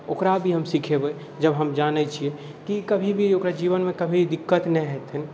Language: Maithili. ओकरा भी हम सिखेबै जब हम जानै छिए कि कभी भी ओकरा जीवनमे कभी दिक्कत नहि हेतै